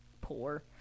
poor